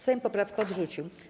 Sejm poprawkę odrzucił.